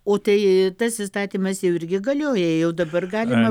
o tai tas įstatymas jau irgi galioja jau dabar galima